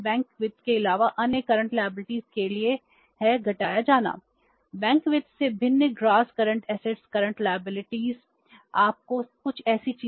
bank वित्त से भिन्न gross current assets current liabilities